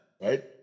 right